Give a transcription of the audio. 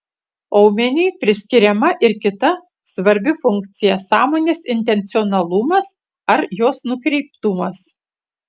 aumeniui priskiriama ir kita svarbi funkcija sąmonės intencionalumas ar jos nukreiptumas